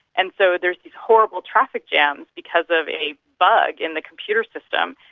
and so there's horrible traffic jams because of a bug in the computer system,